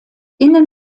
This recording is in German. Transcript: innen